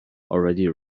already